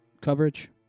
coverage